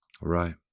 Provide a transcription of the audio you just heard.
Right